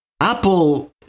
Apple